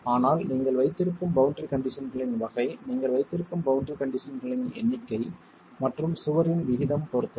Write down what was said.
ஆனால் நீங்கள் வைத்திருக்கும் பவுண்டரி கண்டிஷன்களின் வகை நீங்கள் வைத்திருக்கும் பவுண்டரி கண்டிஷன்களின் எண்ணிக்கை மற்றும் சுவரின் விகிதம் பொருத்தது